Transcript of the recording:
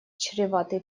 чреватый